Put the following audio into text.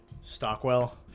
Stockwell